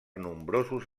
nombrosos